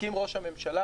הסכים ראש הממשלה,